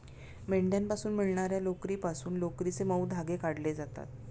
मेंढ्यांपासून मिळणार्या लोकरीपासून लोकरीचे मऊ धागे काढले जातात